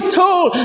told